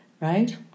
Right